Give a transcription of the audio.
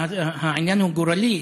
העניין הוא גורלי,